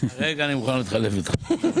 כרגע אני מוכן להחליף אותך.